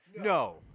no